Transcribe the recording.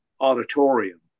auditorium